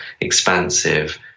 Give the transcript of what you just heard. expansive